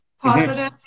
positive